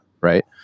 right